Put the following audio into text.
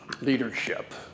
leadership